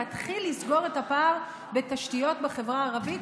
להתחיל לסגור את הפער בתשתיות בחברה הערבית,